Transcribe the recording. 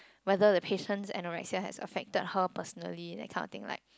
whether the patient's anorexia has affected her personally that kind of thing like